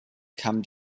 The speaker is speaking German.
kamen